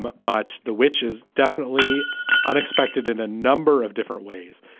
but but the witch is definitely unexpected in a number of different ways.